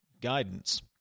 guidance